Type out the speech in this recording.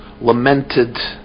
lamented